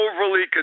overly